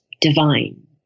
divine